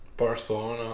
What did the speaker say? Barcelona